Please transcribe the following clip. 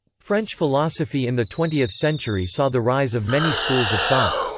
french philosophy in the twentieth century saw the rise of many schools of thought.